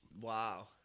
Wow